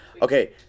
Okay